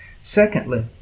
Secondly